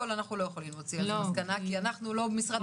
אנחנו לא יכולים להוציא מסקנה כי אנחנו לא משרד